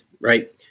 Right